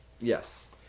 Yes